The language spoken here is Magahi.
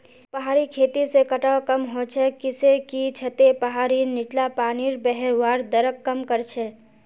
पहाड़ी खेती से कटाव कम ह छ किसेकी छतें पहाड़ीर नीचला पानीर बहवार दरक कम कर छे